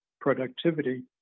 productivity